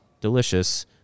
delicious